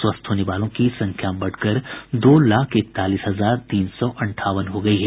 स्वस्थ होने वालों की संख्या बढ़कर दो लाख इकतालीस हजार तीन सौ अंठावन हो गयी है